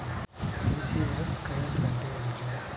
ECS credit అంటే ఏమిటి?